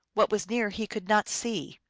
what was near he could not see.